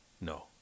No